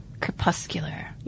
Crepuscular